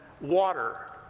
water